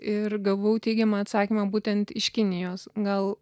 ir gavau teigiamą atsakymą būtent iš kinijos gal